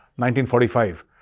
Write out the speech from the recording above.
1945